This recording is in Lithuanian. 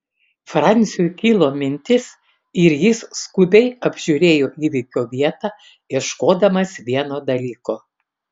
franciui kilo mintis ir jis skubiai apžiūrėjo įvykio vietą ieškodamas vieno dalyko